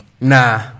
Nah